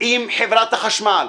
עם חברת החשמל,